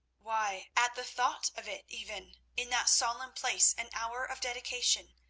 why, at the thought of it even, in that solemn place and hour of dedication,